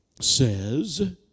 says